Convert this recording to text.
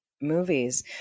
movies